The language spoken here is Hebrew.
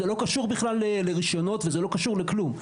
זה לא קשור בכלל לרישיונות וזה לא קשור לכלום.